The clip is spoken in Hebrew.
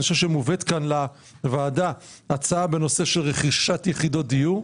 אני חושב שמובאת כאן לוועדה הצעה בנושא של רכישת יחידות דיור,